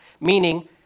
meaning